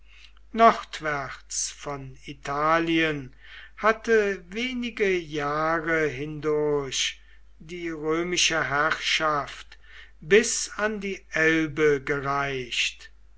nordwärts von italien hatte wenige jahre hindurch die römische herrschaft bis an die elbe gereicht